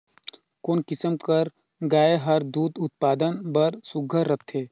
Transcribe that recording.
कोन किसम कर गाय हर दूध उत्पादन बर सुघ्घर रथे?